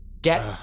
Get